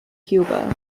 cuba